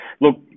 Look